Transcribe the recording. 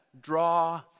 draw